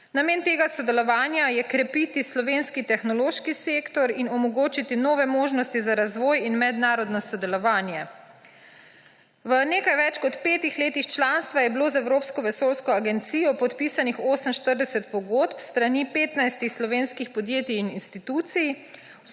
Namen tega sodelovanja je krepiti slovenski tehnološki sektor in omogočiti nove možnosti za razvoj in mednarodno sodelovanje. V nekaj več kot petih letih članstva je bilo z Evropsko vesoljsko agencijo podpisanih 48 pogodb s strani 15 slovenskih podjetij in institucij